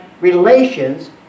relations